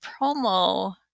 promo